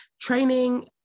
training